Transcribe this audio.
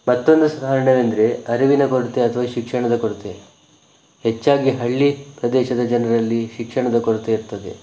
ಮತ್ತೊಂದು ಕಾರಣ ಅಂದರೆ ಅರಿವಿನ ಕೊರತೆ ಅಥವಾ ಶಿಕ್ಷಣದ ಕೊರತೆ ಹೆಚ್ಚಾಗಿ ಹಳ್ಳಿ ಪ್ರದೇಶದ ಜನರಲ್ಲಿ ಶಿಕ್ಷಣದ ಕೊರತೆ ಇರ್ತದೆ